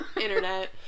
internet